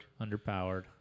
Underpowered